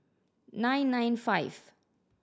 nine nine five